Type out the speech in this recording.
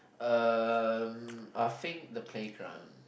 um I think the playground